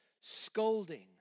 scolding